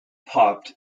popped